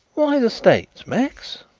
why the states, max?